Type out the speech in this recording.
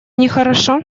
нехорошо